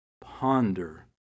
Ponder